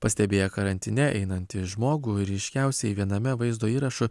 pastebėję karantine einantį žmogų ryškiausiai viename vaizdo įrašų